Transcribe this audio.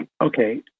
Okay